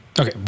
Okay